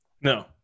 No